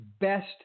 best